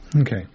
Okay